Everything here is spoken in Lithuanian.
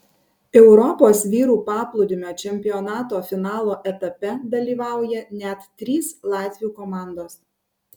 europos vyrų paplūdimio čempionato finalo etape dalyvauja net trys latvių komandos